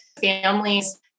families